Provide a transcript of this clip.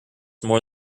more